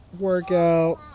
Workout